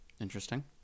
Interesting